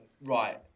right